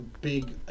big